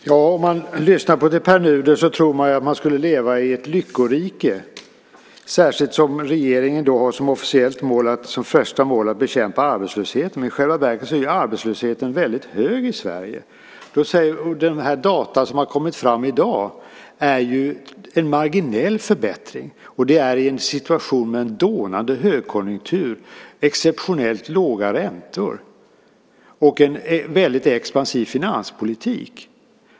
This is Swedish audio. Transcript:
Herr talman! Om man lyssnar på Pär Nuder tror man att man lever i ett lyckorike, särskilt som regeringen har som främsta mål att bekämpa arbetslösheten. Men i själva verket är arbetslösheten väldigt hög i Sverige. De data som har kommit fram i dag visar på en marginell förbättring, och det är i en situation med en dånande högkonjunktur, exceptionellt låga räntor och en väldigt expansiv finanspolitik.